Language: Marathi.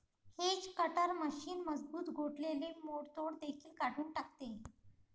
हेज कटर मशीन मजबूत गोठलेले मोडतोड देखील काढून टाकते